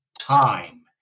time